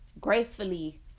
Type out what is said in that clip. gracefully